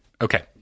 Okay